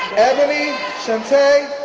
ebony shunte